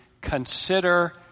consider